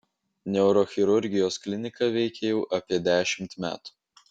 neurochirurgijos klinika veikia jau apie dešimt metų